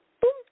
boom